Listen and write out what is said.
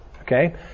Okay